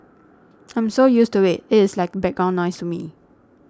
I'm so used to it it is like background noise to me